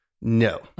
No